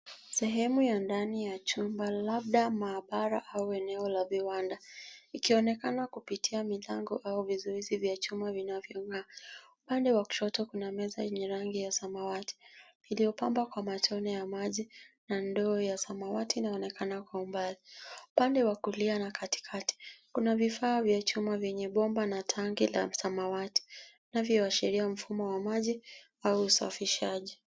Sehemu ya ndani ya chumba, labda maabara au eneo la viwanda ikionekana kupitia milango au vizuizi vya chuma vinavyong'aa. Upande wa kushoto kuna meza yenye rangi ya samawati iliyopambwa kwa matone ya maji na ndoo ya samawati inaonekana kwa umbali. Upande wa kulia na katikati, kuna vifaa vya chuma yenye bomba na tangi la samawati, vinavyoashiria mfumo wa maji au usafishaji.